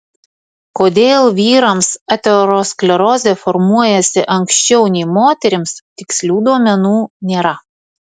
kodėl vyrams aterosklerozė formuojasi anksčiau nei moterims tikslių duomenų nėra